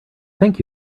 thank